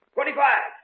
Twenty-five